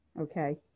Okay